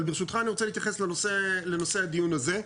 אבל, ברשותך, אני רוצה להתייחס לנושא הדיון הזה.